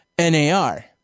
NAR